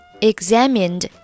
examined